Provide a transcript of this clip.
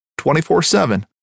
24-7